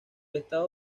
estado